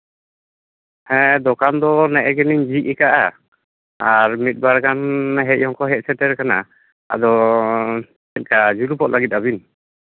ᱦᱮᱸ ᱫᱚᱠᱟᱱ ᱫᱚ ᱱᱮᱜᱼᱮ ᱜᱮᱞᱤᱧ ᱡᱷᱤᱡ ᱟᱠᱟᱜᱼᱟ ᱟᱨ ᱢᱤᱫ ᱵᱟᱨ ᱜᱟᱱ ᱦᱮᱡ ᱦᱚᱸᱠᱚ ᱦᱮᱡ ᱥᱮᱴᱮᱨ ᱟᱠᱟᱱᱟ ᱟᱫᱚ ᱪᱮᱫ ᱞᱮᱠᱟ ᱡᱩᱞᱩᱯᱚᱜ ᱞᱟᱹᱜᱤᱫᱚᱜ ᱵᱤᱱ